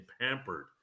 pampered